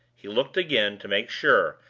he looked again, to make sure,